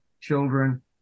children